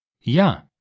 Ja